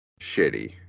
shitty